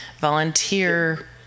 volunteer